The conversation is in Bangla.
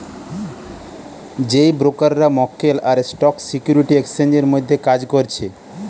যেই ব্রোকাররা মক্কেল আর স্টক সিকিউরিটি এক্সচেঞ্জের মধ্যে কাজ করছে